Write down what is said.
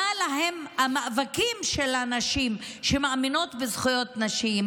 המאבקים של הנשים שמאמינות בזכויות נשים